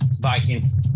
Vikings